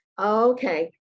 okay